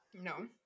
No